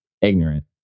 Ignorant